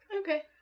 Okay